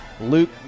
Luke